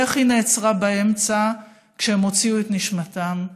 ואיך היא נעצרה באמצע כשהם הוציאו את נשמתם,